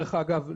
דרך אגב,